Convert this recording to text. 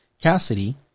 Cassidy